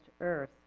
earth